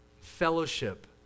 fellowship